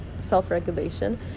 self-regulation